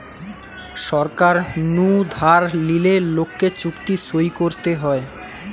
সরকার নু ধার লিলে লোককে চুক্তি সই করতে হয়